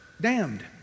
Damned